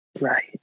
Right